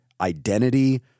identity